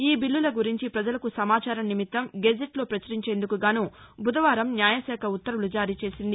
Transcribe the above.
ఈ బిల్లుల గురించి ప్రజలకు సమాచారం నిమ్తితం గెజిట్లో ప్రచురించేందుకుగాను బుధవారం న్యాయ శాఖ ఉత్తర్వులు జారీ చేసింది